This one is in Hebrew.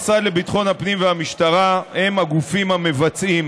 המשרד לביטחון הפנים והמשטרה הם הגופים המבצעים,